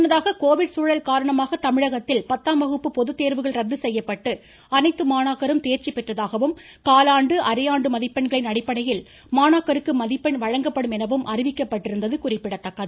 முன்னதாக கோவிட் சூழல் காரணமாக தமிழகத்தில் பத்தாம் வகுப்பு பொதுத்தேர்வுகள் ரத்து செய்யப்பட்டு அனைத்து மாணாக்கரும் தேர்ச்சி பெற்றதாகவும் காலாண்டு அரையாண்டு மதிப்பெண்களின் அடிப்படையில் மாணாக்கருக்கு மதிப்பெண் வழங்கப்படும் எனவும் அறிவிக்கப்பட்டிருந்தது குறிப்பிடத்தக்கது